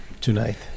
tonight